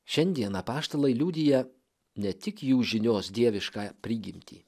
šiandien apaštalai liudija ne tik jų žinios dieviškąją prigimtį